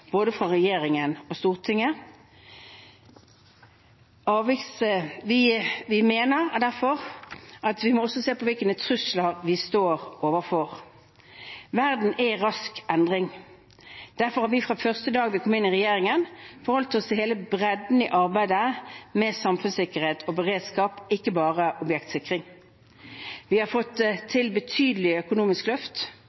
både regjeringen og Stortinget. Vi mener derfor at vi også må se på hvilke trusler vi står overfor. Verden er i rask endring. Derfor har vi fra første dag vi kom i regjering, forholdt oss til hele bredden i arbeidet med samfunnssikkerhet og beredskap, ikke bare objektsikring. Vi har fått